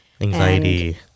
anxiety